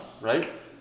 right